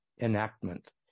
enactment